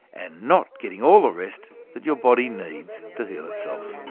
and not getting all the rest that your body needs to heal itself.